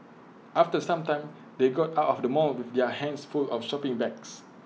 after some time they got out of the mall with their hands full of shopping bags